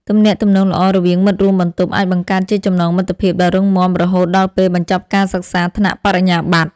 ទំនាក់ទំនងល្អរវាងមិត្តរួមបន្ទប់អាចបង្កើតជាចំណងមិត្តភាពដ៏រឹងមាំរហូតដល់ពេលបញ្ចប់ការសិក្សាថ្នាក់បរិញ្ញាបត្រ។